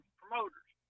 promoters